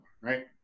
right